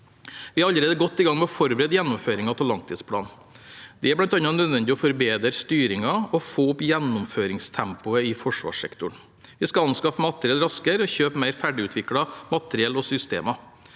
Vi er allerede godt i gang med å forberede gjennomføringen av langtidsplanen. Det er bl.a. nødvendig å forbedre styringen og få opp gjennomføringstempoet i forsvarssektoren. Vi skal anskaffe materiell raskere og kjøpe mer ferdigutviklet materiell og systemer.